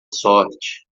sorte